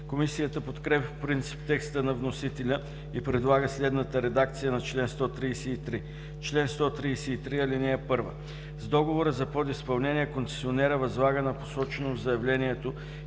Комисията подкрепя по принцип текста на вносителя и предлага следната редакция на чл. 133: „Чл. 133. (1) С договора за подизпълнение концесионерът възлага на посочено в заявлението